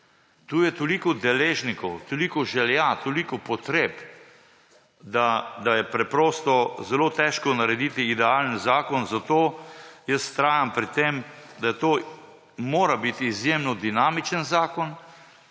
Tu je toliko deležnikov, toliko želja, toliko potreb, da je preprosto zelo težko narediti idealen zakon, zato jaz vztrajam pri tem, da to mora biti izjemno dinamičen zakon,